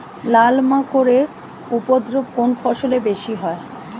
লাল মাকড় এর উপদ্রব কোন ফসলে বেশি হয়?